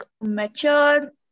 mature